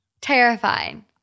Terrifying